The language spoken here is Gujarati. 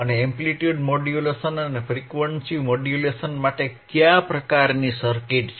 અને એમ્પ્લિટ્યુડ મોડ્યુલેશન અને ફ્રીક્વન્સી મોડ્યુલેશન માટે કયા પ્રકારની સર્કિટ્સ છે